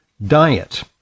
diet